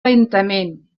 lentament